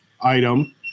item